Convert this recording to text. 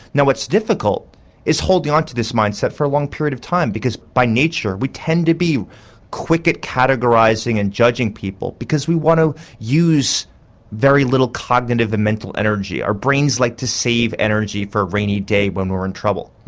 now what's difficult is holding on to this mindset for one period of time, because by nature we tend to be quick at categorising and judging people because we want to use very little cognitive and mental energy. our brains like to save energy for a rainy day when we're in trouble.